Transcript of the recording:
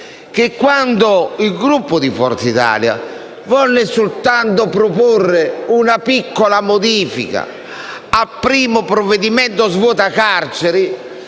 che quando il Gruppo di Forza Italia volle soltanto proporre una piccola modifica al primo provvedimento svuota carceri,